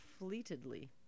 fleetedly